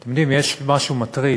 אתם יודעים, יש משהו מטריד